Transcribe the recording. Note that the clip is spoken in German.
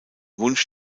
wunsch